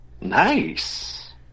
Nice